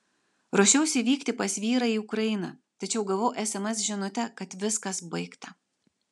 ruošiausi vykti pas vyrą į ukrainą tačiau gavau sms žinutę kad viskas baigta